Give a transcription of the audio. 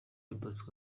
bosco